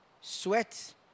sweat